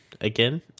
again